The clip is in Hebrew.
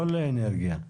לא לאנרגיה.